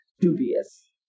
dubious